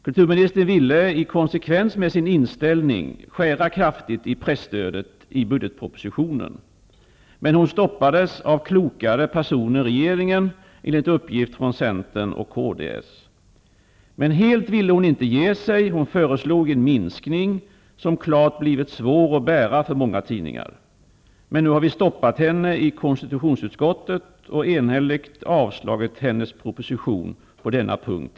Kulturministern ville, i konsekvens med sin inställning, skära kraftigt i presstödet i budgetpropositionen, men hon stoppades av klokare personer i regeringen, enligt uppgift från Centern och kds. Helt ville hon emellertid inte ge sig, utan hon förslog en minskning av presstödet, något som uppenbarligen har blivit svårt att bära för många tidningar. Nu har vi stoppat henne i konstitutionsutskottet och tidigare i dag enhälligt avstyrkt hennes proposition på denna punkt.